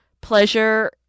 pleasure